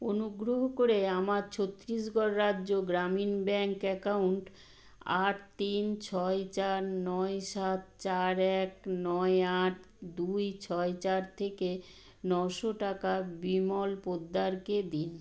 অনুগ্রহ করে আমার ছত্রিশগড় রাজ্য গ্রামীণ ব্যাংক অ্যাকাউন্ট আট তিন ছয় চার নয় সাত চার এক নয় আট দুই ছয় চার থেকে নশো টাকা বিমল পোদ্দারকে দিন